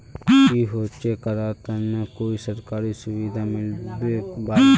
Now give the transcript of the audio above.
की होचे करार तने कोई सरकारी सुविधा मिलबे बाई?